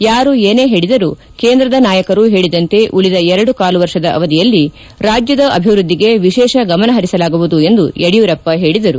ಯಾರು ಏನೇ ಹೇಳಿದರೂ ಕೇಂದ್ರದ ನಾಯಕರು ಹೇಳಿದಂತೆ ಉಳಿದ ಎರಡು ಕಾಲು ವರ್ಷದ ಅವಧಿಯಲ್ಲಿ ರಾಜ್ಯದ ಅಭಿವೃದ್ದಿಗೆ ವಿಶೇಷ ಗಮನಹರಿಸಲಾಗುವುದು ಎಂದು ಯಡಿಯೂರಪ್ಪ ಹೇಳಿದರು